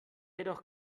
jedoch